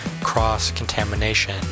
cross-contamination